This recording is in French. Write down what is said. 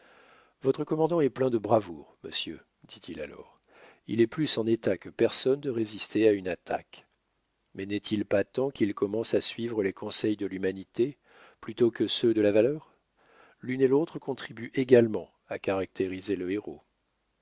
votre commandant est plein de bravoure monsieur ditil alors il est plus en état que personne de résister à une attaque mais n'est-il pas temps qu'il commence à suivre les conseils de l'humanité plutôt que ceux de la valeur l'une et l'autre contribuent également à caractériser le héros